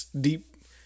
deep